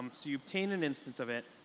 so you obtain an instance of it.